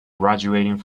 graduating